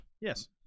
Yes